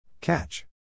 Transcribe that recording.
catch